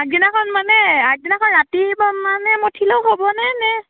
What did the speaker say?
আগদিনাখন মানে আগদিনাখন ৰাতি মানেও মথিলেও হ'বনে নে